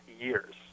years